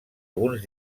alguns